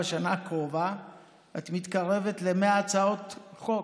בשנה הקרובה את מתקרבת ל-100 הצעות חוק.